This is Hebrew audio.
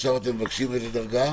ועכשיו אתם מבקשים, איזה דרגה?